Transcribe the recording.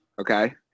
Okay